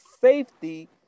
safety